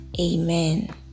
Amen